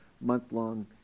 month-long